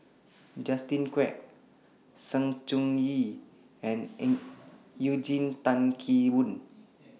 Justin Quek Sng Choon Yee and Eugene Tan Kheng Boon